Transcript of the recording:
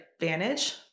advantage